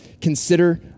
consider